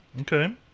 Okay